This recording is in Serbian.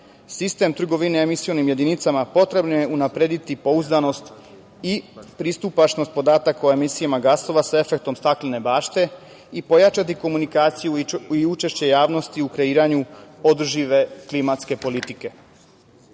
sistem trgovine emisionim jedinicama, potrebno je unaprediti pouzdanost i pristupačnost podataka o emisijama gasova sa efektom staklene bašte i pojačati komunikaciju i učešće javnosti u kreiranju održive klimatske politike.Zašto